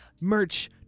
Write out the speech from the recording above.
merch